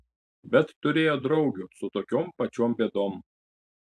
bet turėjo draugių su tokiom pačiom bėdom